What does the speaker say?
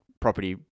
property